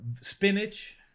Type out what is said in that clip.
spinach